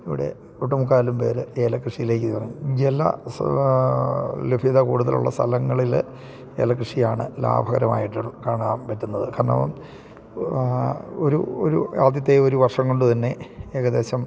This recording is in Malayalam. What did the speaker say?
ഇവിടെ ഒട്ടുമുക്കാലും പേര് ഏലക്കൃഷിയിലേക്ക് ജല ലഭ്യത കൂടുതലുള്ള സ്ഥലങ്ങളിൽ ഏലക്കൃഷിയാണ് ലാഭകരമായിട്ട് കാണാൻ പറ്റുന്നത് കാരണം ഒരു ഒരു ആദ്യത്തെ ഒരു വർഷം കൊണ്ട് തന്നെ ഏകദേശം